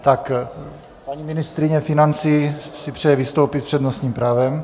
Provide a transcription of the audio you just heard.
Paní ministryně financí si přeje vystoupit s přednostním právem.